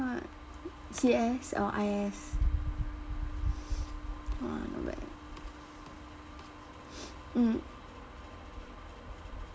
C_S or I_S !wah! not bad mm